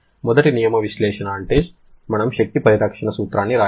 మొదటి నియమ విశ్లేషణ అంటే మనం శక్తి పరిరక్షణ సూత్రాన్ని వ్రాయాలి